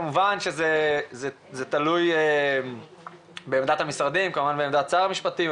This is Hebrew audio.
כמובן שזה תלוי בעמדת המשרדים ובעמדת שר המשפטים,